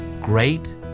Great